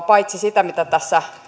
paitsi sitä keskustelua mitä tässä